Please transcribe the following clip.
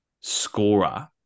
scorer